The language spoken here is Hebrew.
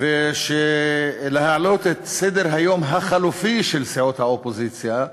ומעלים את סדר-היום החלופי של סיעות האופוזיציה.